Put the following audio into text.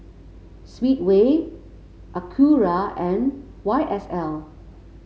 Speedway Acura and Y S L